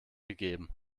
gegeben